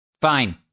Fine